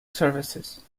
services